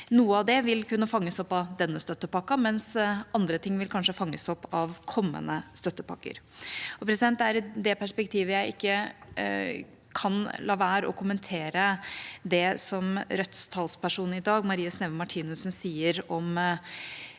Noe av det vil kunne fanges opp av denne støttepakken, mens andre ting vil kanskje fanges opp av kommende støttepakker. Det er i det perspektivet jeg ikke kan la være å kommentere det som Rødts talsperson Marie Sneve Martinussen i